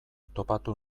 topatu